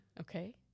Okay